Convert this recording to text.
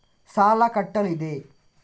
ಸಾಲ ಕಟ್ಟಲು ಇದೆ